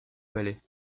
palais